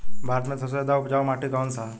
भारत मे सबसे ज्यादा उपजाऊ माटी कउन सा ह?